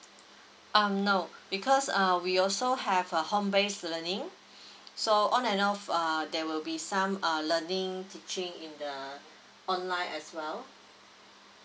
um no because err we also have a home base learning so on and off err there will be some err learning teaching in the online as well